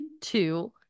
two